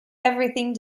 everything